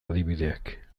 adibideak